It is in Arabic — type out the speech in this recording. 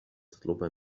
تطلب